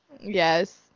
Yes